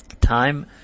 time